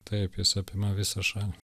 taip jis apima visą šalį